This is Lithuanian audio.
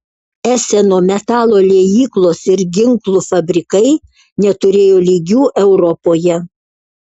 eseno metalo liejyklos ir ginklų fabrikai neturėjo lygių europoje